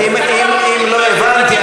אם לא הבנתי,